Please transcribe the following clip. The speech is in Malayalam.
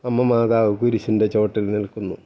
അമ്മ മാതാവ് കുരിശിൻ്റെ ചുവട്ടിൽ നിൽക്കുന്നു